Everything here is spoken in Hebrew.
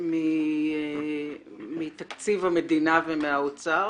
מתקציב המדינה ומהאוצר,